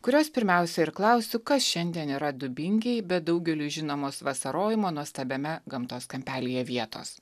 kurios pirmiausia ir klausiu kas šiandien yra dubingiai be daugeliui žinomos vasarojimo nuostabiame gamtos kampelyje vietos